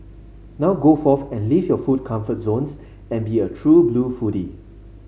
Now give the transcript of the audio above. now go forth and leave your food comfort zones and be a true blue foodie